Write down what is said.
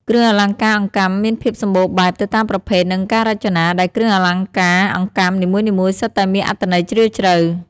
គ្រឿងអលង្ការអង្កាំមានភាពសម្បូរបែបទៅតាមប្រភេទ និងការរចនា ដែលគ្រឿងអលង្ការអង្កាំនីមួយៗសុទ្ធតែមានអត្ថន័យជ្រាលជ្រៅ។